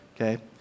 okay